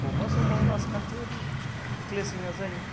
बबेबा समाव राजखान्थियारि क्लेसिंआ जायो